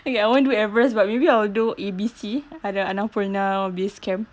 okay I won't do everest but maybe I will do A_B_C other annapurna base camp